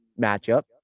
matchup